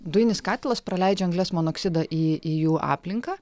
dujinis katilas praleidžia anglies monoksidą į į jų aplinką